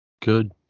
Good